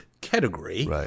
category